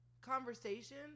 Conversation